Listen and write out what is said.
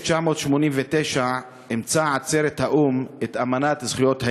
ב-1989 אימצה עצרת האו"ם את אמנת זכויות הילד.